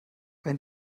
wenn